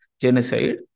genocide